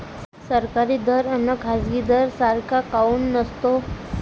सरकारी दर अन खाजगी दर सारखा काऊन नसतो?